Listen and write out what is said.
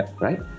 right